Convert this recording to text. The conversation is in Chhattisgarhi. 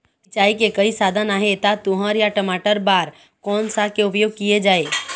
सिचाई के कई साधन आहे ता तुंहर या टमाटर बार कोन सा के उपयोग किए जाए?